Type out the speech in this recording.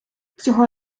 цього